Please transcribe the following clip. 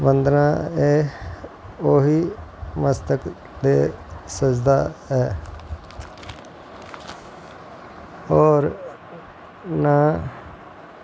बंदना ऐ ओही मस्तक दे सजदा ऐ और ना